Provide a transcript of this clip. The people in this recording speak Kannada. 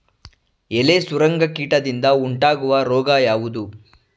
ಎಲೆ ಸುರಂಗ ಕೀಟದಿಂದ ಉಂಟಾಗುವ ರೋಗ ಯಾವುದು?